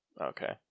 Okay